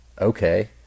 okay